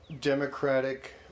Democratic